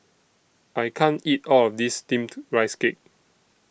I can't eat All of This Steamed Rice Cake